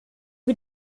wir